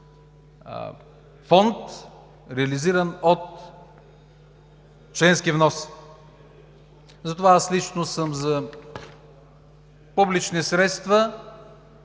фонд, реализиран от членски внос. Затова аз лично съм за публични средства